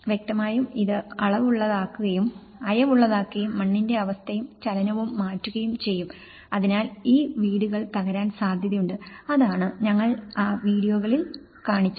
വ്യക്തമായും ഇത് അയവുള്ളതാക്കുകയും മണ്ണിന്റെ അവസ്ഥയും ചലനവും മാറ്റുകയും ചെയ്യും അതിനാൽ ഈ വീടുകൾ തകരാൻ സാധ്യതയുണ്ട് അതാണ് ഞങ്ങൾ ആ വീഡിയോകളിൽ കാണിച്ചത്